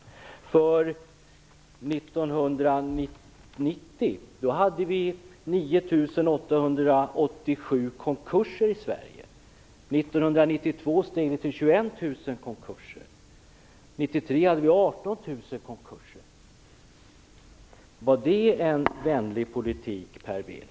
1990 hade vi 9 887 konkurser i Sverige. 1992 steg siffran till 21 000 konkurser. 1993 hade vi 18 000 konkurser. Var det en vänlig politik, Per Bill?